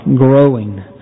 growing